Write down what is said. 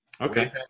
Okay